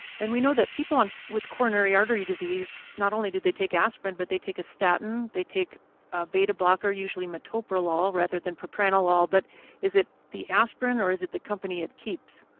and we know that people with coronary artery disease not only do they take aspirin but they take a statin. they take a beta blocker, usually metoprolol rather than propranolol. but is it the aspirin or is it the company it keeps?